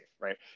Right